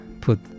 put